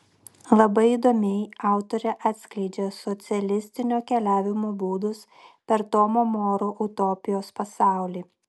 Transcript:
labai įdomiai autorė atskleidžia socialistinio keliavimo būdus per tomo moro utopijos pasaulį